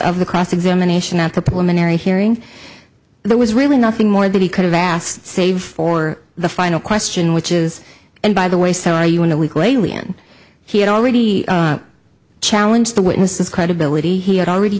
of the cross examination at the preliminary hearing there was really nothing more that he could have asked save for the final question which is and by the way so are you an illegal alien he had already challenge the witnesses credibility he had already